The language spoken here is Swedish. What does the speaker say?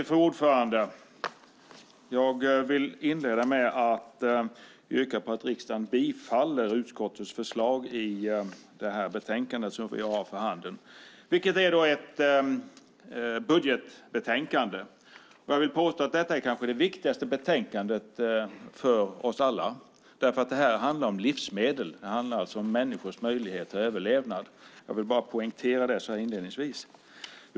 Fru talman! Jag yrkar bifall till utskottets förslag i detta budgetbetänkande. Jag vill påstå att det kanske är det viktigaste betänkandet för oss alla, för det handlar om livsmedel och alltså människors möjlighet till överlevnad. Jag vill bara poängtera det inledningsvis.